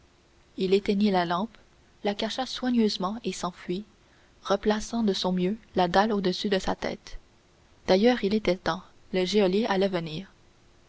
il éteignit la lampe la cacha soigneusement et s'enfuit replaçant de son mieux la dalle au-dessus de sa tête d'ailleurs il était temps le geôlier allait venir